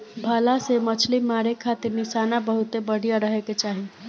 भला से मछली मारे खातिर निशाना बहुते बढ़िया रहे के चाही